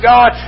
God